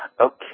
okay